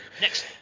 Next